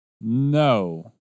No